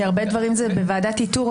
כי הרבה דברים זה בוועדת איתור,